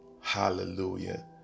hallelujah